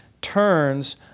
turns